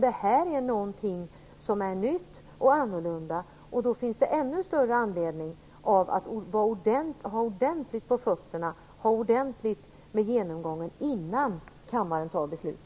Detta är någonting som är nytt och annorlunda. Då finns det ännu större anledning att ha ordentligt på fötterna innan kammaren fattar beslut.